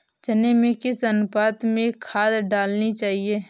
चने में किस अनुपात में खाद डालनी चाहिए?